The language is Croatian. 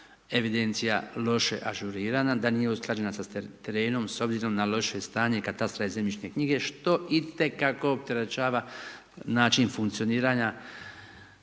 evidencija loše ažurirana, da nije usklađena sa terenom s obzirom na loše stanje katastra i zemljišne knjige, što i te kako opterećava način funkcionira